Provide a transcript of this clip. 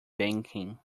banking